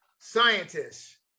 scientists